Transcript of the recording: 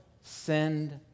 send